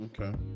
okay